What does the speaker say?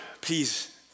please